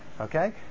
Okay